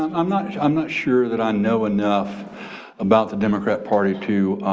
um i'm not i'm not sure that i know enough about the democrat party to